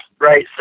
right